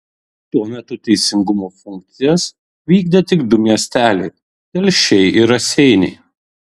tuo metu teisingumo funkcijas vykdė tik du miesteliai telšiai ir raseiniai